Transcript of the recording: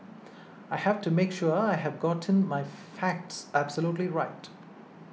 I have to make sure I have gotten my facts absolutely right